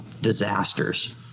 disasters